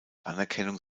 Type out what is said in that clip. anerkennung